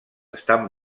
estan